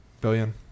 billion